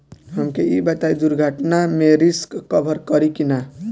हमके ई बताईं दुर्घटना में रिस्क कभर करी कि ना?